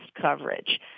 coverage